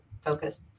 focus